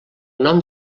nom